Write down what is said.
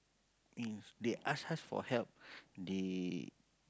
and they ask us for help they